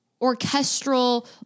orchestral